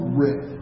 riff